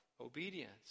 obedience